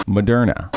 Moderna